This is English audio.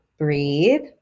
Breathe